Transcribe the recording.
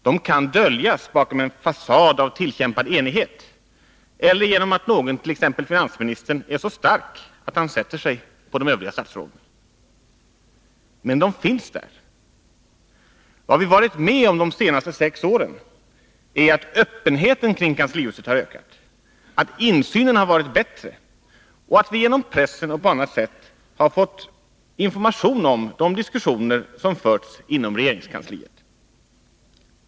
De kan döljas bakom en fasad av tillkämpad enighet, eller genom att t.ex. finansministern är så stark att han sätter sig på de övriga statsråden, men de finns där. Vad vi varit med om de senaste sex åren är att öppenheten kring kanslihuset har ökat, att insynen har varit bättre och att vi genom pressen och på annat sätt ofta fått information om de diskussioner som förts inom regeringskansliet.